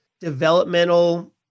developmental